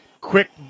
Quick